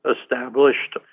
established